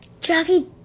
Jackie